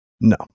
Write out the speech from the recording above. No